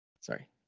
Sorry